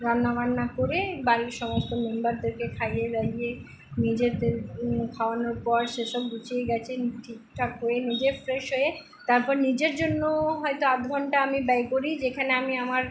রান্নাবান্না করে বাড়ির সমস্ত মেম্বারদেরকে খাইয়ে দাইয়ে নিজেদের খাওয়ানোর পর সেসব গুছিয়ে গাছিয়ে ঠিকঠাক হয়ে নিজে ফ্রেস হয়ে তারপর নিজের জন্য হয়তো আধ ঘন্টা আমি ব্যয় করি যেখানে আমি আমার